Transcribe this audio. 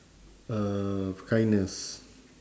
uh kindness